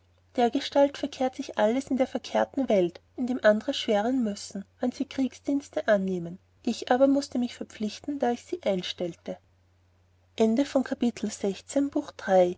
dergestalt verkehrt sich alles in der verkehrten welt indem andere schweren müssen wann sie kriegsdienste annehmen ich aber mußte mich verpflichten da ich sie einstellte